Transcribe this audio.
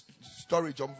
storage